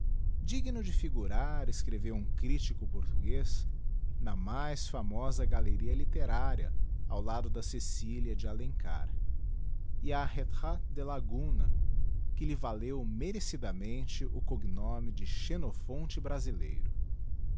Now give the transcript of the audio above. digno de figurar escreveu um critico portuguez na mais formosa galeria literária ao lado da ceciliãf de alencar e a retraite de laguna que lhe valeu merecidamente o cognome de xenophonte brasileiro